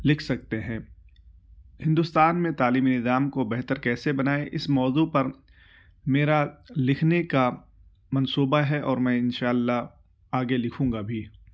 لکھ سکتے ہیں ہندوستان میں تعلمی نظام کو بہتر کیسے بنائیں اس موضوع پر میرا لکھنے کا منصوبہ ہے اور میں ان شاء اللہ آگے لکھوں گا بھی